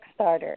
Kickstarter